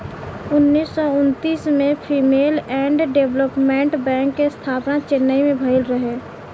उन्नीस सौ उन्तीस में फीमेल एंड डेवलपमेंट बैंक के स्थापना चेन्नई में भईल रहे